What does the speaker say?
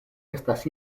estas